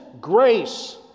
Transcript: grace